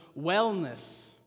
wellness